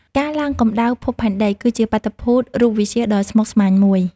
ការឡើងកម្ដៅភពផែនដី គឺជាបាតុភូតរូបវិទ្យាដ៏ស្មុគស្មាញមួយ។